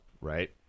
Right